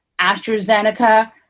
AstraZeneca